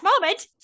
moment